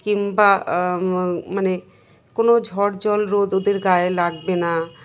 কিংবা মানে কোনো ঝড় জল রোদ ওদের গায়ে লাগবে না